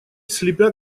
слепя